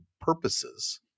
purposes